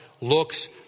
looks